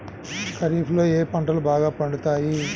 ఖరీఫ్లో ఏ పంటలు బాగా పండుతాయి?